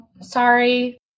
Sorry